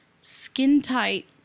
skin-tight